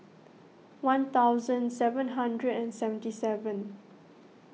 one thousand seven hundred and seventy seven